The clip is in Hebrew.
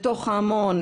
לתוך ההמון,